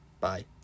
bye